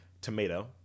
Tomato